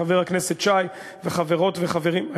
חבר הכנסת שי וחברות וחברים,